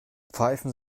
pfeifen